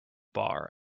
bar